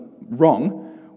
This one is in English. wrong